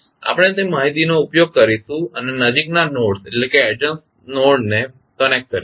આપણે તે માહિતીનો ઉપયોગ કરીશું અને નજીકના નોડસ ને કનેક્ટ કરીશું